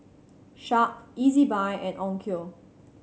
Sharp Ezbuy and Onkyo